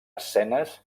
escenes